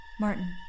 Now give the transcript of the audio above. Martin